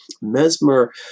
Mesmer